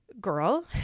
girl